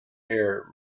air